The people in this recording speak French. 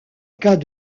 cas